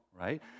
right